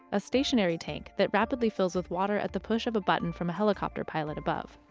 a stationary tank that rapidly fills with water at the push of a button from a helicopter pilot above.